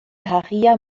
harria